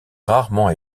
rarement